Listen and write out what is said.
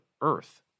Earth